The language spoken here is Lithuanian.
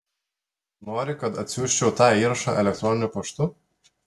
nori kad atsiųsčiau tą įrašą elektroniniu paštu